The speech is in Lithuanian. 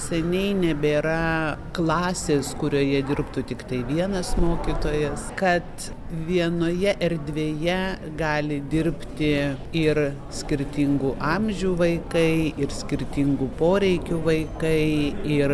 seniai nebėra klasės kurioje dirbtų tiktai vienas mokytojas kad vienoje erdvėje gali dirbti ir skirtingų amžių vaikai ir skirtingų poreikių vaikai ir